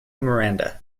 miranda